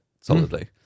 solidly